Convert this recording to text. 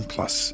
Plus